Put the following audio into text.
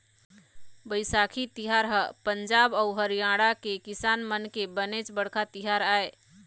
बइसाखी तिहार ह पंजाब अउ हरियाणा के किसान मन के बनेच बड़का तिहार आय